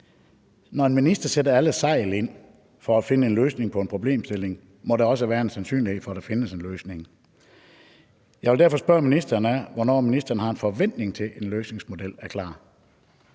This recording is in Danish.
når en minister sætter alle sejl til for at finde en løsning på en problemstilling, må der også være en sandsynlighed for, at der findes en løsning. Jeg vil derfor spørge ministeren, hvornår ministeren har en forventning om at en løsningsmodel er klar.